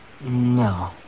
No